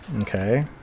Okay